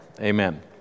amen